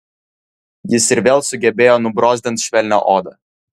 jis ir vėl sugebėjo nubrozdint švelnią odą